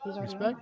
Respect